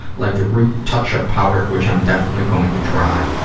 like the root touch-up powder, which i'm definitely going to try.